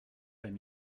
bonne